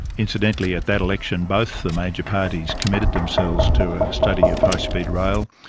incidentally, at that election both the major parties committed themselves to a study of high speed rail.